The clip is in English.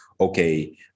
okay